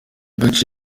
gace